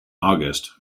august